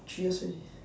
three years already